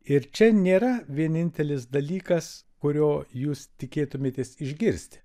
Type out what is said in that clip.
ir čia nėra vienintelis dalykas kurio jūs tikėtumėtės išgirsti